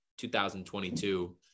2022